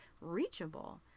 reachable